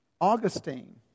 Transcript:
Augustine